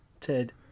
Ted